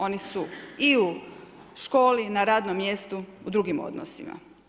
Oni su i u školi, na radnom mjestu, u drugim odnosima.